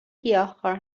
گیاهخوار